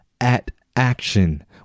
at-action